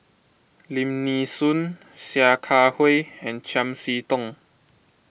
Lim Nee Soon Sia Kah Hui and Chiam See Tong